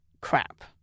Crap